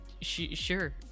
sure